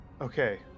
okay